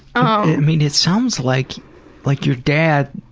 i mean it sounds like like your dad,